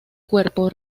cuerpo